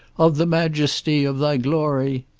of the majesty, of thy glory.